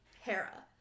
Hera